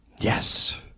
yes